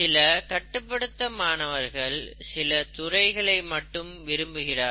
சில கட்டுப்படுத்தபட்ட மாணவர்கள் சில துறைகளை மட்டும் விரும்புவர்கள்